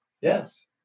Yes